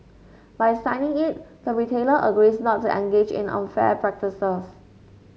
by signing it the retailer agrees not to engage in unfair practices